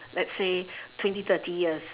let's say twenty thirty years